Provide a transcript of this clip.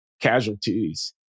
casualties